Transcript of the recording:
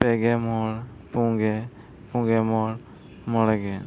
ᱯᱮ ᱜᱮ ᱢᱚᱬ ᱯᱩᱱ ᱜᱮ ᱯᱩᱱ ᱜᱮ ᱢᱚᱬ ᱢᱚᱬᱮ ᱜᱮᱞ